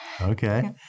Okay